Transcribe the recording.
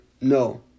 No